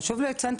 חשוב לציין את